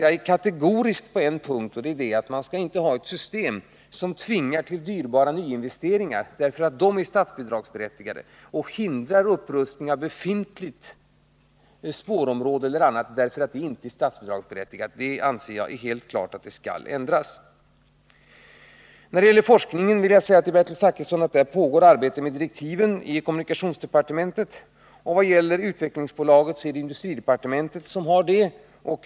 Jag är kategorisk på en punkt, och det är att man inte skall ha ett system som tvingar till dyrbara nyinvesteringar därför att de är statsbidragsberättigade, och som hindrar upprustning av befintliga spårområden eller annat, därför att det inte är statsbidragsberättigat. Jag anser att det är helt klart att det skall ändras. När det gäller forskningen vill jag säga till Bertil Zachrisson att arbetet med direktiven pågår i kommunikationsdepartementet. När det gäller utvecklingsbolaget handläggs frågan av industridepartementet.